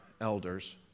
elders